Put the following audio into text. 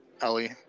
Ellie